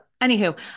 anywho